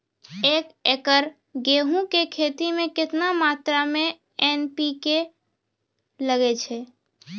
एक एकरऽ गेहूँ के खेती मे केतना मात्रा मे एन.पी.के लगे छै?